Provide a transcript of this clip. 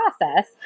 process